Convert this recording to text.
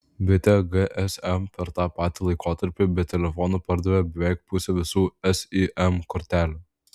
bitė gsm per tą patį laikotarpį be telefonų pardavė beveik pusę visų sim kortelių